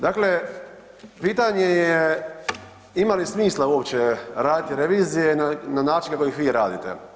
Dakle, pitanje je ima li smisla uopće raditi revizije na način kako ih vi radite?